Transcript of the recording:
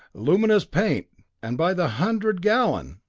luminous paint and by the hundred gallon!